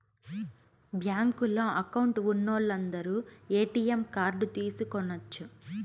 బ్యాంకులో అకౌంట్ ఉన్నోలందరు ATM card తీసుకొనచ్చు